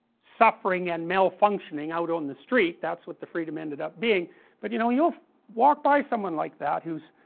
suffering and malfunctioning, and out on the street, that's what the freedom ended up being but you know, you'll walk by someone like that whose